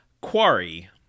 quarry